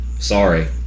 sorry